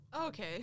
Okay